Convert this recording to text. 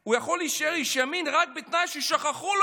הוא יכול להישאר איש ימין רק בתנאי ששכחו לו